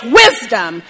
wisdom